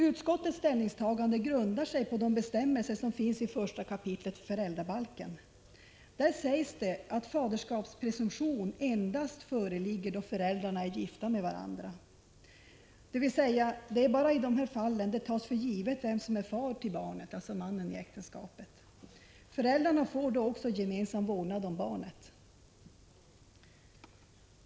Utskottets ställningstagande grundar sig på bestämmelser som finns i 1 kap. föräldrabalken. Där sägs att faderskapspresumtion endast föreligger då föräldrarna är gifta med varandra. Det är alltså bara i dessa fall det tas för givet vem som är far till barnet, nämligen mannen i äktenskapet. Föräldrarna får då också gemensam vårdnad om barnet.